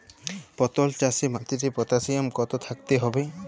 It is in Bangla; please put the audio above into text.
পটল চাষে মাটিতে পটাশিয়াম কত থাকতে হবে?